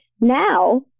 Now